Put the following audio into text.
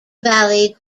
valley